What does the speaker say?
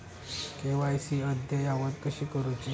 KYC अद्ययावत कशी करुची?